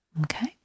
okay